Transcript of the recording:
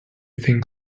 think